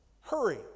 hurry